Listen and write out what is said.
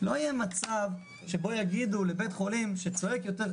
לא יהיה מצב שבו יגידו לבית חולים שצועק יותר,